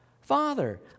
Father